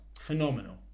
Phenomenal